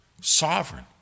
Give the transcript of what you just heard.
Sovereign